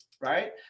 right